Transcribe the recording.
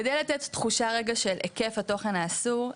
כדי לתת תחושה רגע של היקף התוכן האסור,